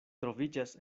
troviĝas